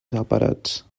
separats